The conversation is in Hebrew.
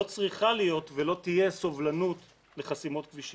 לא צריכה להיות ולא תהיה סובלנות לחסימות כבישים.